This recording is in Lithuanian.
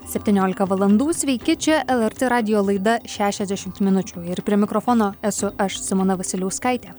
septyniolika valandų sveiki čia lrt radijo laida šešiasdešimt minučių ir prie mikrofono esu aš simona vasiliauskaitė